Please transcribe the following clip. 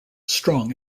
strong